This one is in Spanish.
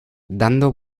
dando